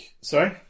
Sorry